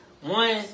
one